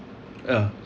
yeah